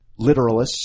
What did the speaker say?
literalists